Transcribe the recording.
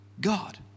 God